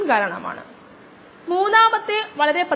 35 ആണെന്ന് നമുക്ക്കറിയാം